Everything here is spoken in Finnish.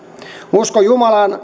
usko jumalaan